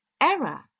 error